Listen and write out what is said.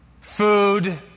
food